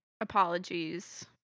Apologies